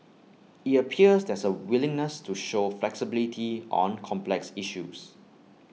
IT appears there's A willingness to show flexibility on complex issues